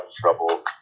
trouble